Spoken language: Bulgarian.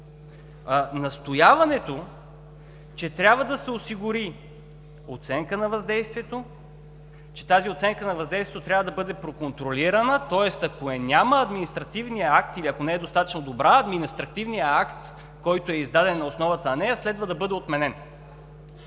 настояването, че трябва да се осигури оценка на въздействието, че тази оценка на въздействието трябва да бъде проконтролирана, тоест, ако я няма или ако не е достатъчно добра, то административният акт, който е издаден на основата на нея, следва да бъде отменен.